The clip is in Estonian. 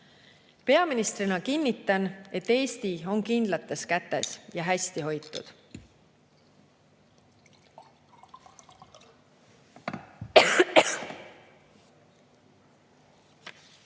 Peaministrina kinnitan, et Eesti on kindlates kätes ja hästi hoitud.